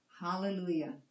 Hallelujah